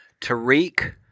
Tariq